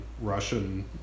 Russian